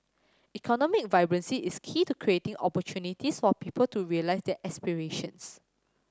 economic vibrancy is key to creating opportunities for people to realise their aspirations